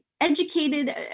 educated